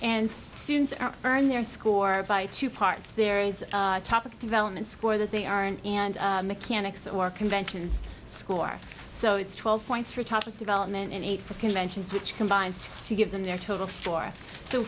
and students earn their score by two parts there is topic development score that they aren't and mechanics or conventions score so it's twelve points for topic development and eight for conventions which combines to give them their total store so